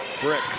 Brick